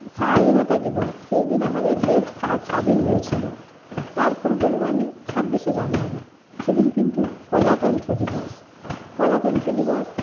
স্বাধীনতা দিবস সেই দিন আমাদের দেশ স্বাধীন হয়েছিল তারপর বলব আমি ছাব্বিশে জানুয়ারি সেদিন কিন্তু প্রজাতন্ত্র দিবস প্রজাতন্ত্র দিবস